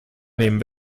nehmen